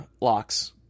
locks